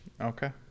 Okay